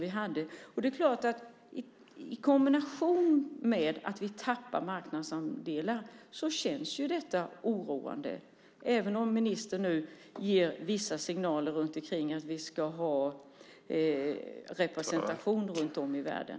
I kombination med att vi tappar marknadsandelar känns detta oroande, även om ministern ger vissa signaler om att det ska vara representation runt om i världen.